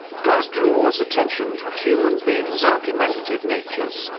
god draws attention to human beings' argumentative natures,